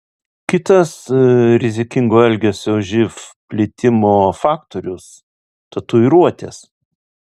kitas rizikingo elgesio živ plitimo faktorius tatuiruotės